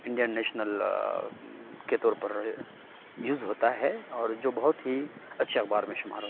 Indian national کے طور پر یوز ہوتا ہے اور جو بہت ہی اچھے اخبار میں شمار ہوتا ہے